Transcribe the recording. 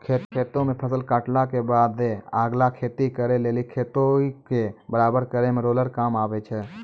खेतो मे फसल काटला के बादे अगला खेती करे लेली खेतो के बराबर करै मे रोलर काम आबै छै